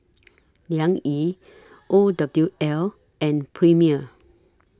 Liang Yi O W L and Premier